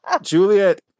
Juliet